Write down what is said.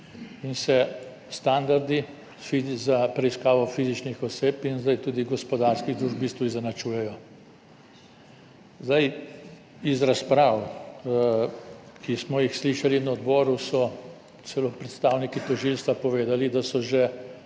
in se standardi za preiskavo fizičnih oseb in zdaj tudi gospodarskih družb v bistvu izenačujejo. Iz razprav, ki smo jih slišali na odboru, so celo predstavniki tožilstva povedali, da so že